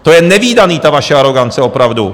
To je nevídané, ta vaše arogance, opravdu.